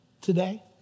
today